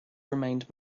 remained